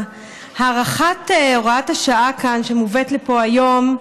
הארכת הוראת השעה שמובאת לפה היום,